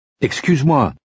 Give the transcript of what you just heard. Excuse-moi